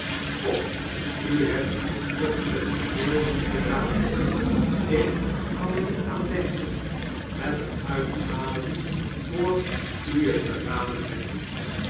kom u hebt nog in het geheel niet geraden ik kan er niet aan denken het er uit te halen voor u t geraden hebt